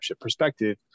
perspective